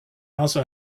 also